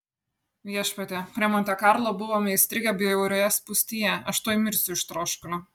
viešpatie prie monte karlo buvome įstrigę bjaurioje spūstyje aš tuoj mirsiu iš troškulio